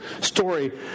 story